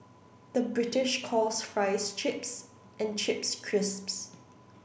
the British calls fries chips and chips crisps